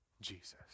Jesus